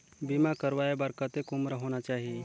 बीमा करवाय बार कतेक उम्र होना चाही?